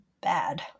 bad